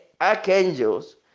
archangels